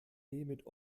mit